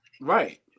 Right